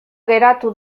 geratu